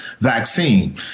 vaccine